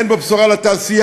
אין בו בשורה לתעשייה,